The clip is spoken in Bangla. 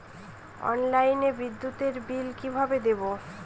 অনলাইনে বিদ্যুতের বিল কিভাবে দেব?